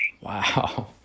Wow